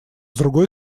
другой